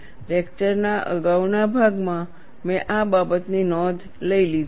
લેક્ચરના અગાઉના ભાગમાં મેં આ બાબતની નોંધ લઈ લીધી છે